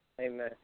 Amen